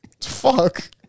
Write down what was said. Fuck